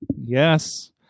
Yes